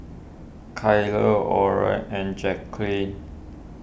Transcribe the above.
Kyler Oren and Jacquline